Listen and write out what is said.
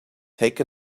take